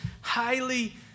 highly